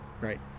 Right